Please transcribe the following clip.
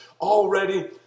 already